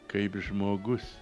kaip žmogus